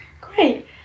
Great